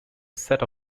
set